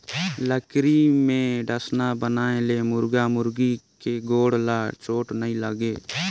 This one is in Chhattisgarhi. लकरी के डसना बनाए ले मुरगा मुरगी के गोड़ ल चोट नइ लागे